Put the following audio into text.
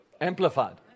Amplified